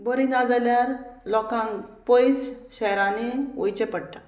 बरी ना जाल्यार लोकांक पयस शहरांनी वयचें पडटा